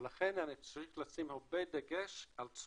ולכן צריך לשים הרבה דגש על תשואה.